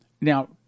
Now